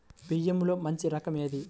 బియ్యంలో మంచి రకం ఏది?